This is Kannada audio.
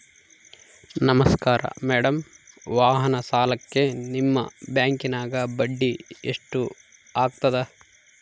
ನಮಸ್ಕಾರ ಮೇಡಂ ವಾಹನ ಸಾಲಕ್ಕೆ ನಿಮ್ಮ ಬ್ಯಾಂಕಿನ್ಯಾಗ ಬಡ್ಡಿ ಎಷ್ಟು ಆಗ್ತದ?